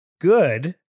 good